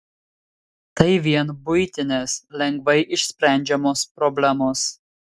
tai vien buitinės lengvai išsprendžiamos problemos